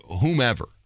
whomever